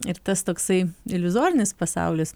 ir tas toksai iliuzorinis pasaulis